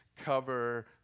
cover